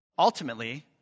Ultimately